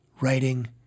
writing